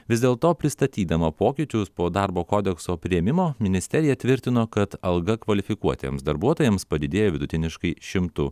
vis dėl to pristatydama pokyčius po darbo kodekso priėmimo ministerija tvirtino kad alga kvalifikuotiems darbuotojams padidėjo vidutiniškai šimtu